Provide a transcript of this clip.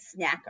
snacker